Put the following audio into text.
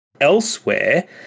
Elsewhere